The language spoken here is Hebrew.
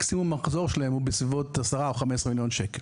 המקסימלי שלהם הוא בסביבות 10 או 15 מיליון שקל.